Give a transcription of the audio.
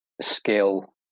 skill